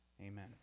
amen